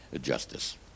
justice